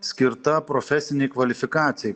skirta profesinei kvalifikacijai